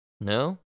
No